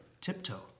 tiptoe